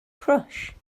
crush